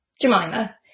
Jemima